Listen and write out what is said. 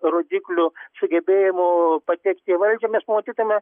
rodiklių sugebėjimu patekti į valdžią mes pamatytume